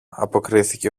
αποκρίθηκε